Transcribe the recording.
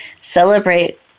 celebrate